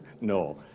No